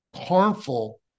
harmful